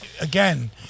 again